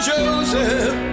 Joseph